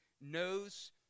knows